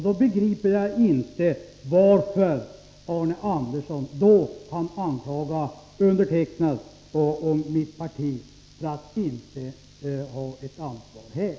Då begriper jag inte hur Arne Andersson kan anklaga mig och mitt parti för att inte ha tagit ansvaret här.